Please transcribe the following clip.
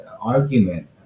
argument